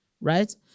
right